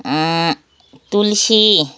तुलसी